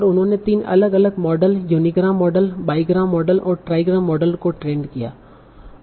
और उन्होंने तीन अलग अलग model unigram model bigram model और ट्राईग्राम मॉडल को ट्रेंड किया है